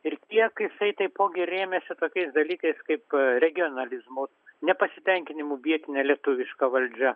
ir tiek jisai taipogi rėmėsi tokiais dalykais kaip regionalizmu nepasitenkinimu vietine lietuviška valdžia